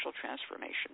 transformation